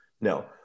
No